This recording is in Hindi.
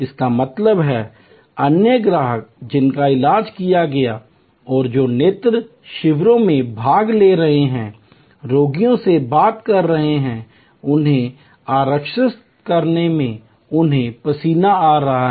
इसका मतलब है अन्य ग्राहक जिनका इलाज किया गया है और जो नेत्र शिविरों में भाग ले रहे हैं रोगियों से बात कर रहे हैं उन्हें आश्वस्त करने में उन्हें पसीना आ रहा है